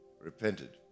repented